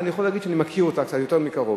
אז אני יכול להגיד שאני מכיר אותה קצת יותר מקרוב.